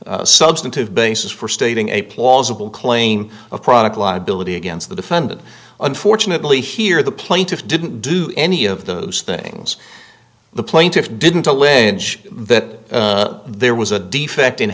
be substantive basis for stating a plausible claim of product liability against the defendant unfortunately here the plaintiff didn't do any of those things the plaintiffs didn't allege that there was a defect in